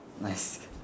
nice